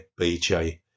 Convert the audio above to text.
BJ